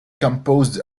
composed